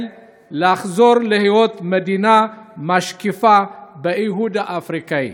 לחזור להיות מדינה משקיפה באיחוד האפריקני.